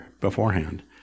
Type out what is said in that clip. beforehand